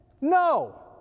No